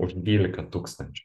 už dvylika tūkstančių